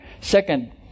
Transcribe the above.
second